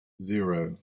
zero